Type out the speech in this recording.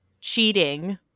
cheating